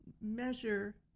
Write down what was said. measure